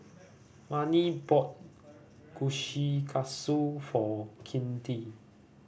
Marni bought Kushikatsu for Kinte